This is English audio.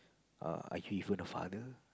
uh are you even a father